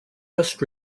best